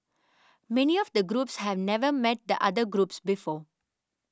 many of the groups have never met the other groups before